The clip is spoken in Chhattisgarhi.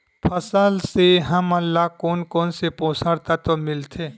फसल से हमन ला कोन कोन से पोषक तत्व मिलथे?